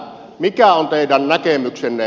mikä on teidän näkemyksenne